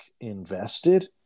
invested